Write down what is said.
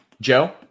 Joe